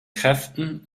kräften